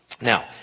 Now